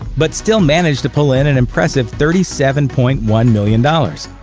but still managed to pull in an impressive thirty seven point one million dollars.